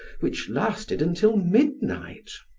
which lasted until midnight.